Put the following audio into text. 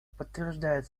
подтверждает